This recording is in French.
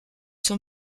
son